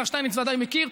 השר שטייניץ ודאי מכיר,